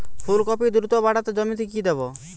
ফুলকপি দ্রুত বাড়াতে জমিতে কি দেবো?